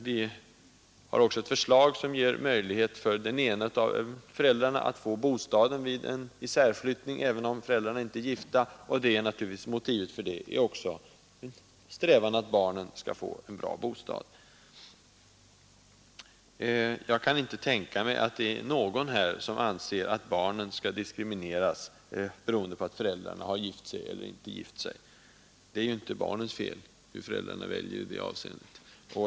Vi har också ett förslag som ger möjlighet för den ena av föräldrarna att få överta bostaden vid en särflyttning, även om föräldrarna inte är gifta. Motivet är naturligtvis också här strävan att barnen skall få en bra bostad. Jag kan inte tänka mig att det är någon här som anser att barnen skall diskrimineras beroende på om föräldrarna har gift sig eller inte. Barnen kan inte lastas för hur föräldrarna väljer i det avseendet.